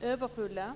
överfulla.